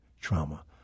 trauma